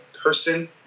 person